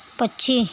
पक्षी